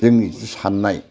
जोंनि साननाय